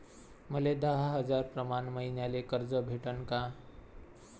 मले दहा हजार प्रमाण मईन्याले कर्ज भेटन का?